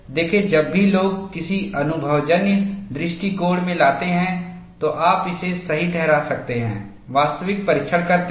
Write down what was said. देखें जब भी लोग किसी अनुभवजन्य दृष्टिकोण में लाते हैं तो आप इसे सही ठहरा सकते हैं वास्तविक परीक्षण करते हैं